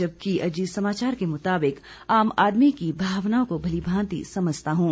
जबकि अजीत समाचार के मुताबिक आम आदमी की भावनाओं को भली मांति समझता हूं